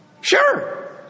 Sure